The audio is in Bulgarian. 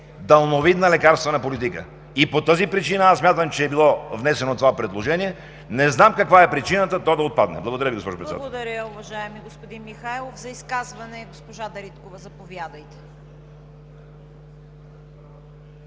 далновидна лекарствена политика. По тази причина смятам, че е било внесено това предложение. Не знам каква е причината то да отпадне. Благодаря Ви, госпожо Председател. ПРЕДСЕДАТЕЛ ЦВЕТА КАРАЯНЧЕВА: Благодаря, уважаеми господин Михайлов. За изказване, госпожо Дариткова, заповядайте.